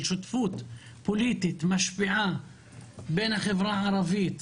שותפות פוליטית משפיעה בין החברה הערבית,